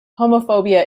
homophobia